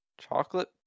Chocolate